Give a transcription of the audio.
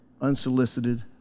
unsolicited